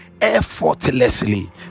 effortlessly